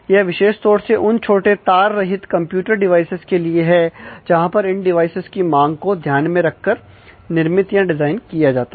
यह विशेष तौर से उन छोटे तार रहित कंप्यूटर डिवाइसेज के लिए है जहां पर इन डिवाइस की मांग को ध्यान में रखकर निर्मित या डिजाइन किया जाता है